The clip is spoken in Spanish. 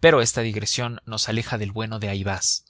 pero esta digresión nos aleja del bueno de ayvaz